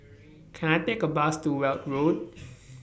Can I Take A Bus to Weld Road